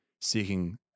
seeking